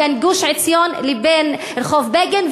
בין גוש-עציון לבין רחוב בגין,